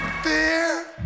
fear